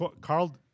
Carl